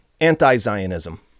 anti-Zionism